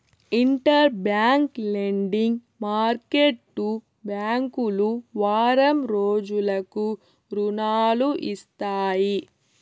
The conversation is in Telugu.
ఇంటర్ బ్యాంక్ లెండింగ్ మార్కెట్టు బ్యాంకులు వారం రోజులకు రుణాలు ఇస్తాయి